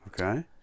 Okay